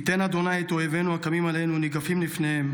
ייתן ה' את אויבינו הקמים עלינו ניגפים לפניהם.